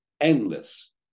endless